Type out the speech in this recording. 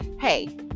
hey